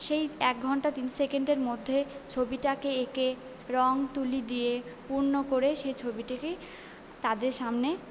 সেই এক ঘন্টা তিন সেকেন্ডের মধ্যে ছবিটাকে এঁকে রঙ তুলি দিয়ে পূর্ণ করে সেই ছবিটিকেই তাদের সামনে